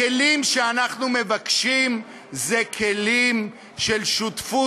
הכלים שאנחנו מבקשים אלה כלים של שותפות